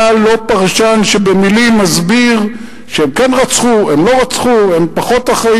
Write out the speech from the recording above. אתה לא הפרשן שבמלים מסביר שהם כן רצחו הם לא רצחו,